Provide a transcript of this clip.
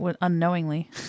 unknowingly